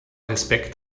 respekt